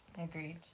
Agreed